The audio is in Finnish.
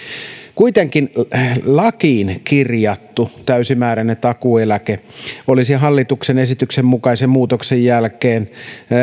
kuitenkin lakiin kirjattu täysimääräinen takuu eläke olisi hallituksen esityksen mukaisen muutoksen jälkeen